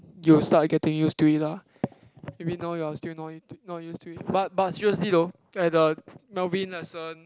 you will start getting used to it lah maybe now you are still not not used to it but but seriously though at the Melvin lesson